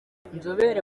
nzobere